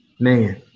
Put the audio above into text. Man